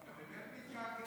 אתה באמת מתגעגע?